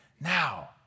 now